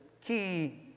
key